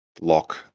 lock